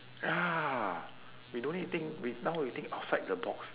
ah we don't need think we now we think outside the box